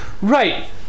Right